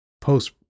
post